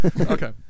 Okay